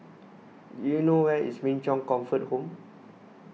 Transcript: do you know where is Min Chong Comfort Home